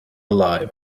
alive